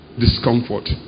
discomfort